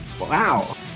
Wow